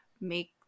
make